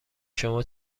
شما